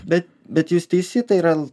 bet bet jūs teisi tai yra